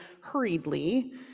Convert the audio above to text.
hurriedly